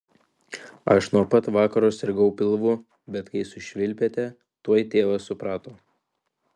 aš nuo pat vakaro sirgau pilvu bet kai sušvilpėte tuoj tėvas suprato